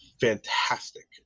fantastic